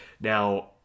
Now